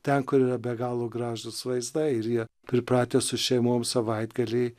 ten kur yra be galo gražūs vaizdai ir jie pripratę su šeimom savaitgalį